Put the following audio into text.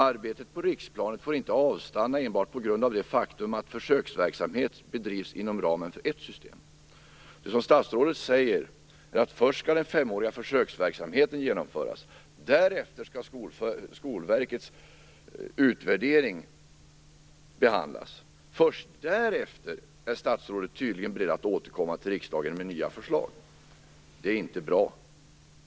Arbetet på riksplanet får inte avstanna enbart på grund av det faktum att försöksverksamhet bedrivs inom ramen för ett system. Statsrådet säger att först skall den femåriga försöksverksamheten genomföras, därefter skall Skolverkets utvärdering behandlas, och först därefter är statsrådet tydligen beredd att återkomma till riksdagen med nya förslag. Det är inte bra.